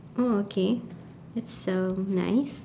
oh okay that's um nice